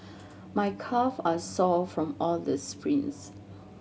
my calve are sore from all the sprints